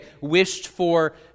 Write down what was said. wished-for